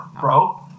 bro